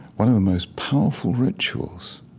one of the most powerful rituals,